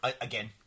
again